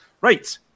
Right